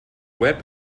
web